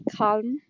calm